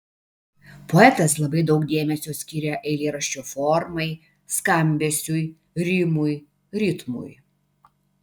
poetas labai daug dėmesio skiria eilėraščio formai skambesiui rimui ritmui